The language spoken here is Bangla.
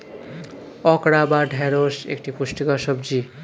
ওকরা বা ঢ্যাঁড়স একটি পুষ্টিকর সবজি